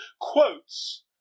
quotes